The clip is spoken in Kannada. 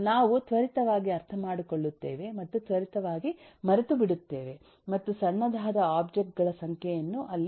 ನಾವು ತ್ವರಿತವಾಗಿ ಅರ್ಥಮಾಡಿಕೊಳ್ಳುತ್ತೇವೆ ಮತ್ತು ತ್ವರಿತವಾಗಿ ಮರೆತುಬಿಡುತ್ತೇವೆ ಮತ್ತು ಸಣ್ಣದಾದ ಒಬ್ಜೆಕ್ಟ್ ಗಳ ಸಂಖ್ಯೆಯನ್ನು ಅಲ್ಲಿ ಇರಿಸಬಹುದು